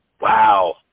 Wow